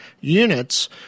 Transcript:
units